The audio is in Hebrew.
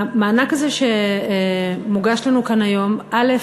המענק הזה שמוגש לנו כאן היום, א.